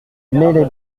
les